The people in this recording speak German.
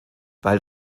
weil